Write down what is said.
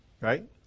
Right